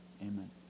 amen